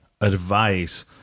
advice